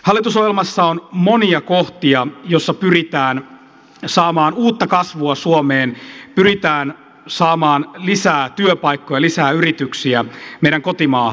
hallitusohjelmassa on monia kohtia joissa pyritään saamaan uutta kasvua suomeen pyritään saamaan lisää työpaikkoja lisää yrityksiä meidän kotimaahamme